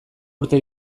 urte